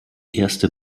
erste